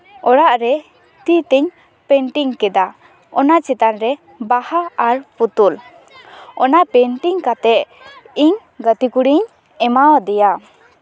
ᱚᱲᱟᱜ ᱨᱮ ᱛᱤ ᱛᱮᱧ ᱯᱮᱱᱴᱤᱝ ᱠᱮᱫᱟ ᱚᱱᱟ ᱪᱮᱛᱟᱱ ᱨᱮ ᱵᱟᱦᱟ ᱟᱨ ᱯᱩᱛᱩᱞ ᱚᱱᱟ ᱯᱮᱱᱴᱤᱝ ᱠᱟᱛᱮ ᱤᱧ ᱜᱟᱛᱮ ᱠᱩᱲᱤᱧ ᱮᱢᱟ ᱟᱫᱮᱭᱟ